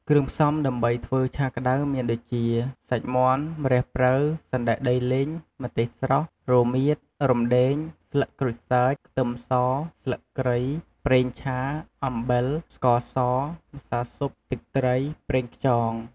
គ្រឿងផ្សំដើម្បីធ្វើឆាក្តៅមានដូចជា សាច់មាន់ ម្រះព្រៅ សណ្តែកដីលីង ម្ទេសស្រស់ រមៀត រំដេង ស្លឹកក្រូចសើច ខ្ទឹមស ស្លឹកគ្រៃ ប្រេងឆា អំបិល ស្ករស ម្សៅស៊ុប ទឹកត្រី ប្រេងខ្យង។